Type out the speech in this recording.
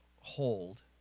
hold